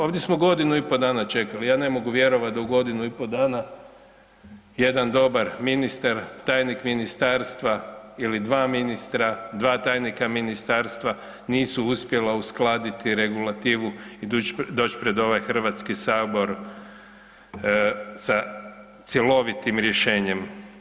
Ovdje smo godinu i po dana čekali, ja ne mogu vjerovat da u godinu i po dana jedan dobar ministar, tajnik ministarstva ili dva ministra, dva tajnika ministarstva nisu uspjela uskladiti regulativu i doć pred ovaj HS sa cjelovitim rješenjem.